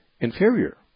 inferior